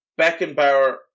Beckenbauer